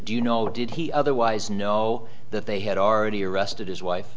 you know did he otherwise know that they had already arrested his wife